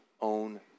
own